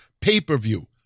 pay-per-view